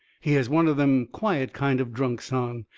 he has one of them quiet kind of drunks on.